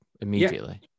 immediately